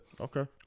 Okay